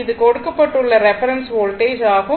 இது கொடுக்கப்பட்டுள்ள reference voltage ஆகும்